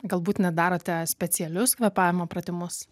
galbūt net darote specialius kvėpavimo pratimus